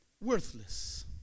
worthless